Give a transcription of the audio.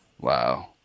wow